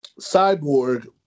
Cyborg